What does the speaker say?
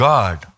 God